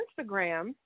Instagram